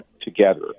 together